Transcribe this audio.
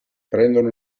prendono